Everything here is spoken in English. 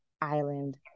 island